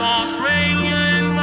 Australian